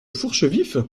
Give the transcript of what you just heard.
fourchevif